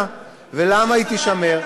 ולמה היא תישמר,